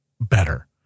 better